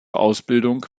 ausbildung